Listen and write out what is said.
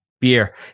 beer